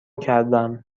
کردم